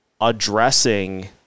addressing